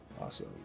Awesome